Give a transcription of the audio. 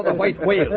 and wait wait,